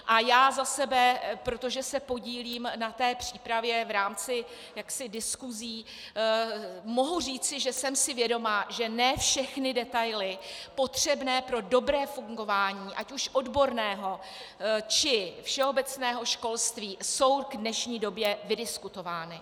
A já za sebe, protože se podílím na té přípravě v rámci diskusí, mohu říci, že jsem si vědoma, že ne všechny detaily potřebné pro dobré fungování ať už odborného, či všeobecného školství jsou k dnešní době vydiskutovány.